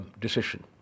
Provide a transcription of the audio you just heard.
decision